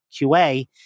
QA